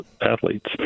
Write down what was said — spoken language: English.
athletes